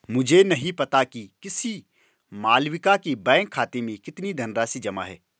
मुझे नही पता कि किसी मालविका के बैंक खाते में कितनी धनराशि जमा है